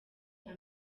amwe